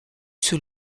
sous